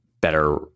better